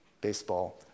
baseball